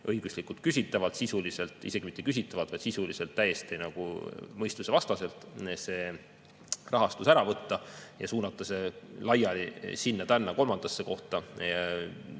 õiguslikult küsitavalt – isegi mitte küsitavalt, vaid sisuliselt täiesti mõistusevastaselt – see rahastus ära võtta ja suunata see laiali sinna-tänna, kolmandasse kohta.